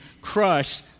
crush